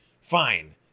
fine